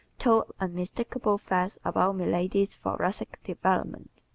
told unmistakable facts about milady's thoracic development.